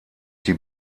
die